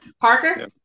Parker